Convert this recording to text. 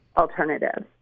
alternative